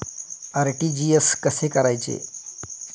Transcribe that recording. RTGS कसे करायचे?